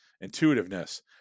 intuitiveness